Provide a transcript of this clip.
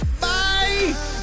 Bye